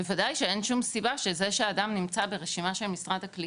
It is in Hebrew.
בוודאי שאין שום סיבה שזה שאדם נמצא ברשימה של משרד הקליטה,